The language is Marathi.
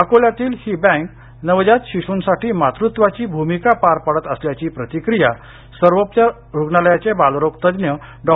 अकोल्यातील ही बँक नवजात शिश्साठी मातृत्वाची भूमिका पार पाडत असल्याची प्रतिक्रिया सर्वोपचार रुग्णालयाचे बालरोगतज्ञ डॉ